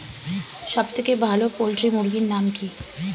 সবথেকে ভালো পোল্ট্রি মুরগির নাম কি?